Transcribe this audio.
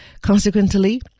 Consequently